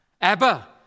Abba